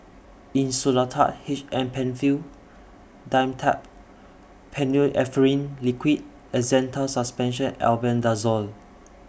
Insulatard H M PenFill Dimetapp Phenylephrine Liquid and Zental Suspension Albendazole